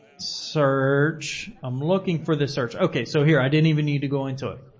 search. i'm looking for this search. okay. so here, i didn't even need to go into it.